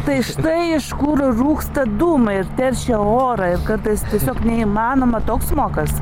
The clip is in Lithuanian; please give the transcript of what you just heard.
tai štai iš kur rūksta dūmai ir teršia orą ir kartais tiesiog neįmanoma toks smogas